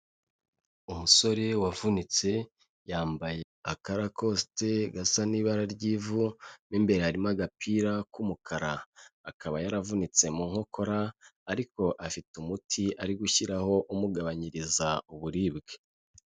Umusore wavunitse yambaye akarakosite gasa n'ibara ry'ivu mo imbere harimo agapira k'umukara, akaba yaravunitse mu nkokora ariko afite umuti arigushyiraho umugabanyiriza uburibwe.